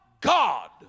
God